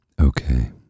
okay